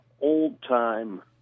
old-time